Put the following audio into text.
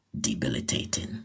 debilitating